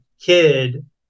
kid